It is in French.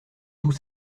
tout